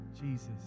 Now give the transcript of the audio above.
Jesus